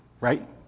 right